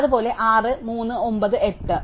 അതുപോലെ 6 3 9 8